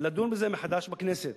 לדון בזה מחדש בכנסת.